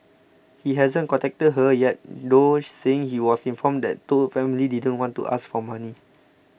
he hasn't contacted her yet though saying he was informed that Toh's family didn't want to ask for money